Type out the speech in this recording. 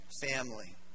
family